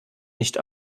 nicht